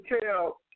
tell